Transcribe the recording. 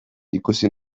ikusi